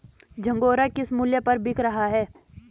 झंगोरा किस मूल्य पर बिक रहा है?